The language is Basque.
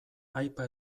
aipa